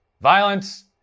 Violence